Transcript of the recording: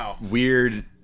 weird